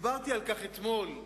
דיברתי על כך אתמול,